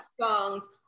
songs